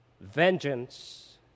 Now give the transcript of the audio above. Vengeance